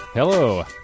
Hello